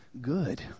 Good